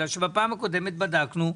בגלל שבפעם הקודמת בדקנו.